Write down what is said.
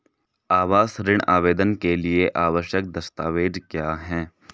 आवास ऋण आवेदन के लिए आवश्यक दस्तावेज़ क्या हैं?